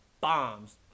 bombs